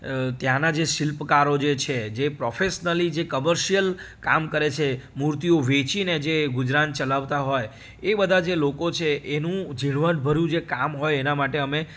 ત્યાંના જે શિલ્પકારો જે છે જે પ્રોફેશનલી જે કમર્શિયલ કામ કરે છે મૂર્તિઓ વેચીને જે ગુજરાન ચલાવતા હોય એ બધા જે લોકો છે એનું ઝીણવટભર્યું જે કામ હોય એના માટે અમે